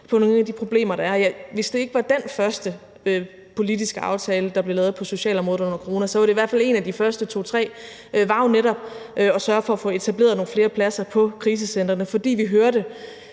til nogle af de problemer, der er. Hvis det ikke var den første politiske aftale, der blev lavet på socialområdet under coronaen, så var det i hvert fald en af de første to-tre aftaler, og formålet var netop at sørge for at få etableret nogle flere pladser på krisecentrene, fordi vi hørte